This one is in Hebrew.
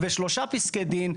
בשלושה פסקי דין,